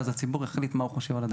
אז הציבור יחליט מה הוא חושב על הדבר הזה.